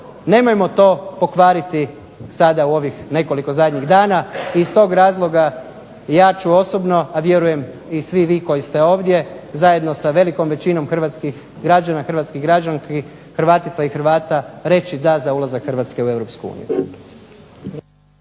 Nemojmo to pokvariti sada u ovih zadnjih nekoliko dana. I iz tog razloga ja ću osobno, a vjerujem i svi vi koji ste ovdje zajedno sa velikom većinom hrvatskih građana, hrvatskih građanki, Hrvatica i Hrvata reći da za ulazak Hrvatske u EU.